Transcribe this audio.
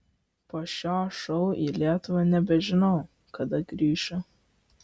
po šio šou į lietuvą nebežinau kada grįšiu